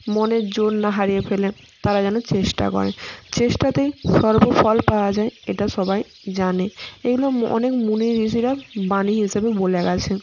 মনের জোর না হারিয়ে ফেলে তারা যেন চেষ্টা করে চেষ্টাতেই সর্ব ফল পাওয়া যায় এটা সবাই জানে এগুলোম অনেক মুনি ঋষিরা বাণী হিসেবে বলে গেছে